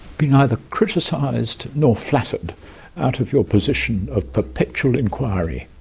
be neither criticised nor flattered out of your position of perpetual inquiry.